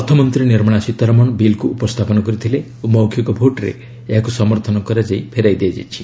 ଅର୍ଥମନ୍ତ୍ରୀ ନିର୍ମଳା ସୀତାରମଣ ବିଲ୍କୁ ଉପସ୍ଥାପନ କରିଥିଲେ ଓ ମୌଖିକ ଭୋଟ୍ରେ ଏହାକୁ ସମର୍ଥନ କରାଯାଇ ଫେରାଇ ଦିଆଯାଇଛି